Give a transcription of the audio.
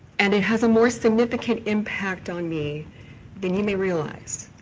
and it has a more significant impact on me than you may realize.